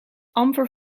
amper